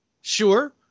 Sure